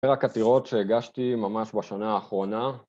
זה רק עתירות שהגשתי ממש בשנה האחרונה